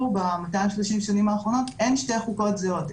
ב-230 שנים האחרונות אין שתי חוקות זהות,